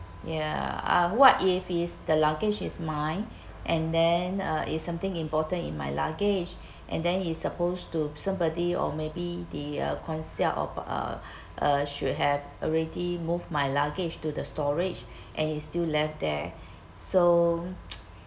ya uh what if is the luggage is mine and then uh it's something important in my luggage and then it's supposed to somebody or maybe the uh concierge of uh uh should have already moved my luggage to the storage and he still left there so